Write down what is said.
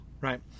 right